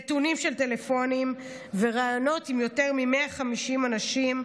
נתונים של טלפונים וראיונות עם יותר מ-150 אנשים,